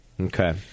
Okay